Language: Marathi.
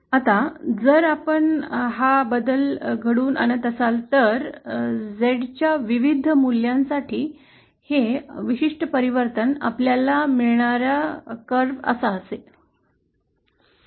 आता जर आपण हा बदल घडवून आणत असाल तर Z च्या विविध मूल्यांसाठी हे विशिष्ट परिवर्तन आपल्याला मिळणारा वक्र असे आहे